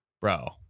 bro